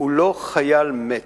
הוא לא חייל מת.